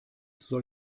soll